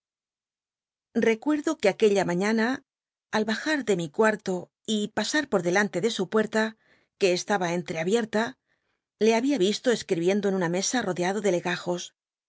hccuerdo que aquella maiíana al bajar de mi cuarto y pasoi poi delante de su puerta que estaba entlca biel'la le había i'íslo escribiendo en una mesa rodeado de lcgujos